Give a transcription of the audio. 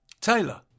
Taylor